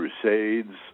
crusades